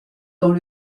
dans